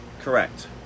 Correct